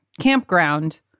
campground